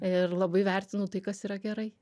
ir labai vertinu tai kas yra gerai